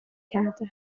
کرده